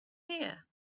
here